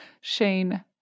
Shane